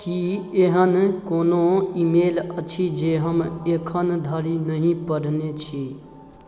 की एहन कोनो ईमेल अछि जे हम एखन धरि नहि पढ़ने छी